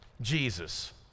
Jesus